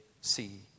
see